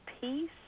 peace